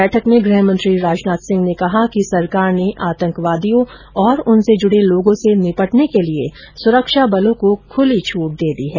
बैठक में गृहमंत्री राजनाथ सिंह ने कहा कि सरकार ने आतंकवादियों और उनसे जुड़े लोगों से निपटने के लिए सुरक्षा बलों को खुली छूट दे दी है